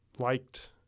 liked